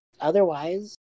otherwise